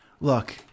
look